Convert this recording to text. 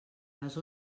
les